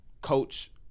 coach –